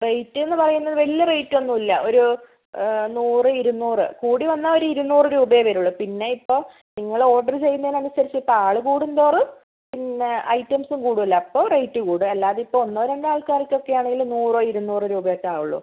rate എന്ന് പറയുന്നത് വലിയ റേറ്റ് ഒന്നുമില്ല ഒരു നൂറ് ഇരുനൂറ് കൂടി വന്നാൽ ഒരു ഇരുനൂറ് രൂപയേ വരുള്ളൂ പിന്നെ ഇപ്പം നിങ്ങൾ ഓർഡർ ചെയ്യുന്നതിനനുസരിച്ച് ഇപ്പം ആൾ കൂടുംതോറും പിന്നെ ഐറ്റംസും കൂടുമല്ലോ അപ്പോൾ റേറ്റ് കൂടും അല്ലാതെ ഇപ്പോൾ ഒന്നോ രണ്ടോ ആൾകാർക്കൊക്കെയാണെങ്കിൽ നൂറോ ഇരുനൂറോ രൂപയൊക്കെ ആവുള്ളൂ